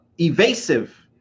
evasive